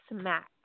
smack